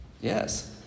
Yes